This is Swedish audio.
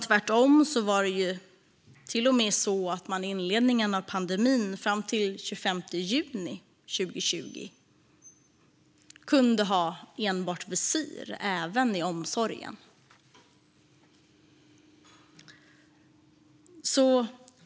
Tvärtom var det till och med så att man i inledningen av pandemin fram till den 25 juni 2020 kunde ha enbart visir även i omsorgen.